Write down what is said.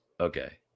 Okay